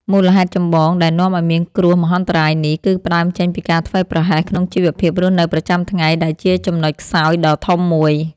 មូលហេតុចម្បងដែលនាំឱ្យមានគ្រោះមហន្តរាយនេះ គឺផ្ដើមចេញពីការធ្វេសប្រហែសក្នុងជីវភាពរស់នៅប្រចាំថ្ងៃ ដែលជាចំណុចខ្សោយដ៏ធំមួយ។